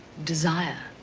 desire,